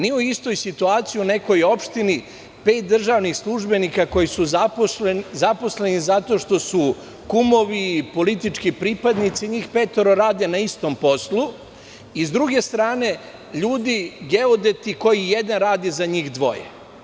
Nisu u istoj situaciji u nekoj opštini pet državnih službenika koji su zaposleni zato što su kumovi i politički pripadnici, njih petoro rade na istom poslu i, s druge strane, ljudi geodeti koji jedan radi za njih dvoje.